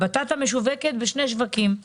הבטטה משווקת בשני שווקים עיקריים,